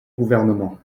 gouvernement